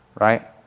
right